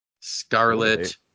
Scarlet